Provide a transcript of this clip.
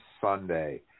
Sunday